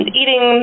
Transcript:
eating